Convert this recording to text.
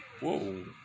Whoa